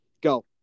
Go